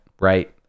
right